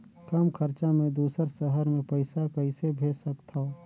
कम खरचा मे दुसर शहर मे पईसा कइसे भेज सकथव?